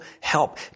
help